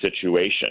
situation